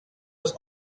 was